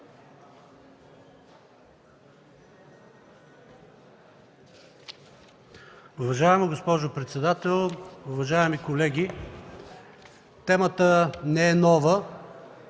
Уважаема госпожо председател, уважаеми колеги! Темата не е нова.